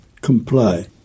Comply